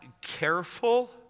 careful